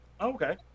Okay